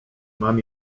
mam